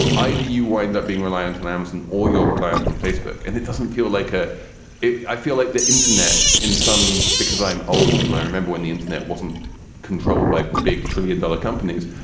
either you wind up being reliant on amazon or you're reliant on facebook and it doesn't feel like ah it. i feel like the internet in some because i'm old and i remember when the internet wasn't controlled by big trillion dollar companies.